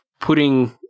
putting